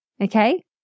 Okay